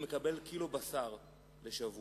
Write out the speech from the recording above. הוא מקבל קילו בשר לשבוע,